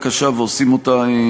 הקמת יחידות ייעודיות ללחימה